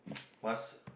must